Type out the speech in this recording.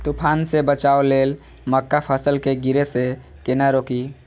तुफान से बचाव लेल मक्का फसल के गिरे से केना रोकी?